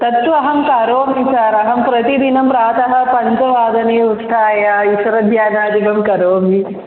तत्तु अहं करोमि सार् अहं प्रतिदिनं प्रातः पञ्चवादने उत्थाय इतरध्यानादिकं करोमि